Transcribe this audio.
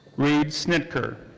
reed snitker.